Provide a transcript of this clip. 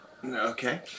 Okay